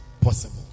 possible